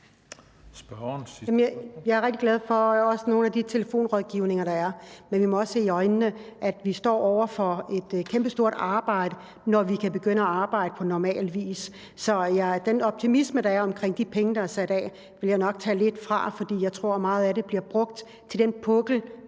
Jeg er rigtig glad for nogle af de telefonrådgivninger, der er, men vi må også se i øjnene, at vi står over for et kæmpestort arbejde, når vi kan begynde at arbejde på normal vis. Så den optimisme, der er, omkring de penge, der er sat af, vil jeg nok tage lidt fra, for jeg tror, meget af det bliver brugt til den pukkel,